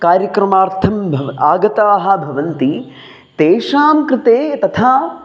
कार्यक्रमार्थं भव् आगताः भवन्ति तेषां कृते तथा